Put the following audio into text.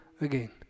again